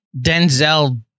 Denzel